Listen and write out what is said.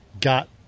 got